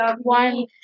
one